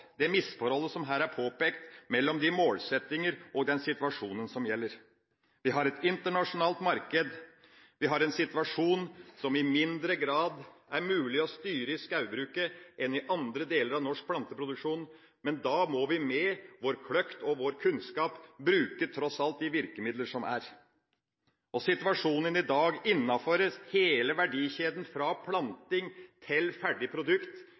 det misforholdet som her er påpekt mellom målsettingene og gjeldende situasjon. Vi har et internasjonalt marked. Vi har en situasjon som i mindre grad er mulig å styre i skogbruket enn i andre deler av norsk planteproduksjon, men da må vi med vår kløkt og kunnskap bruke de virkemidler som tross alt finnes. Situasjonen i dag innenfor hele verdikjeden, fra planting til ferdig produkt,